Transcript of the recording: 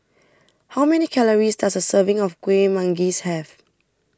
how many calories does a serving of Kueh Manggis have